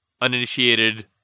uninitiated